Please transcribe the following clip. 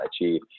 achieve